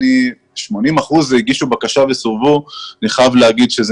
80 אחוזים שהגישו בקשה וסורבו, אני חייב להגיד שזה